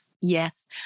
yes